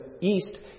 east